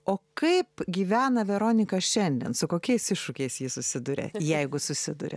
o kaip gyvena veronika šiandien su kokiais iššūkiais susiduria jeigu susiduria